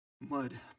mud